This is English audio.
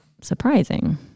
surprising